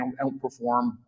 outperform